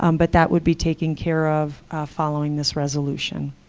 um but that would be taken care of following this resolution.